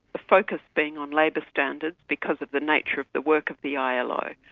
the focus being on labour standards because of the nature of the work of the ilo.